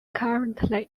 currently